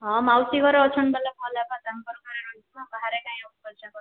ହଁ ମାଉସୀ ଘର ଅଛନ୍ ବେଲେ ଭଲ୍ ହେବା ତାକଁର୍ ଘରେ ରହିଯିମା ବାହାରେ କାଇଁ ଆଉ ଖର୍ଚ୍ଚା କର୍ମା